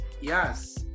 yes